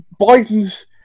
Biden's